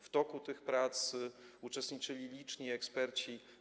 W toku tych prac uczestniczyli liczni eksperci.